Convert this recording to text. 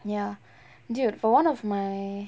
ya dude for one of my